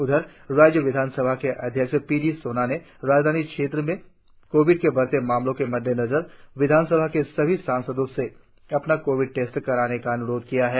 उधर राज्य विधानसभा के अध्यक्ष पी डी सोना ने राजधानी क्षेत्र में कोविड के बढ़ते मामलो के मद्देनजर विधानसभा के सभी सदस्यों से अपना कोविड टेस्ट कराने का अन्रोध किया है